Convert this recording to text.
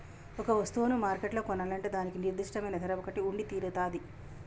ఒక వస్తువును మార్కెట్లో కొనాలంటే దానికి నిర్దిష్టమైన ధర ఒకటి ఉండితీరతాది